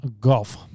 golf